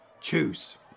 Choose